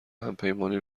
همپیمانی